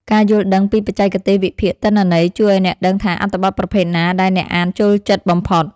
ការយល់ដឹងពីបច្ចេកទេសវិភាគទិន្នន័យ ជួយឱ្យអ្នកដឹងថាអត្ថបទប្រភេទណាដែលអ្នកអានចូលចិត្តបំផុត។